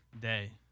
day